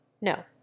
No